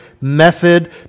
method